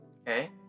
Okay